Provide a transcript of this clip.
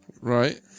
Right